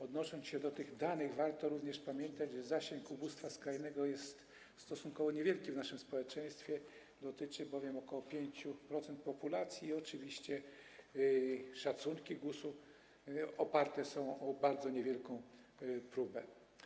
Odnosząc się do tych danych, warto również pamiętać, że zasięg ubóstwa skrajnego jest stosunkowo niewielki w naszym społeczeństwie, dotyczy bowiem około 5% populacji, a szacunki GUS-u oparte są na bardzo niewielkiej próbie.